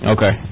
Okay